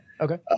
Okay